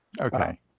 Okay